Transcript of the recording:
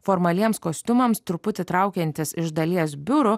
formaliems kostiumams truputį traukiantis iš dalies biurų